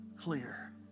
clear